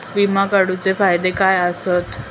विमा काढूचे फायदे काय आसत?